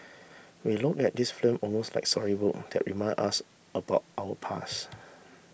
we look at these film almost like storybook that remind us about our past